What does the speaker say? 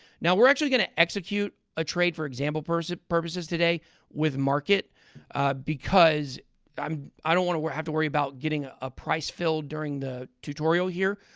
now, we're actually going to execute a trade for example purposes purposes today with market because um i don't want to have to worry about getting ah a price filled during the tutorial here,